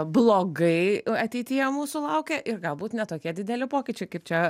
blogai ateityje mūsų laukia ir galbūt ne tokie dideli pokyčiai kaip čia